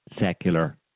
secular